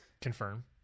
Confirm